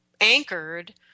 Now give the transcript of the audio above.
anchored